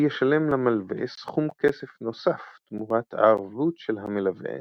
הוא ישלם למלווה סכום כסף נוסף תמורת ערבות של המלווה